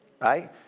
right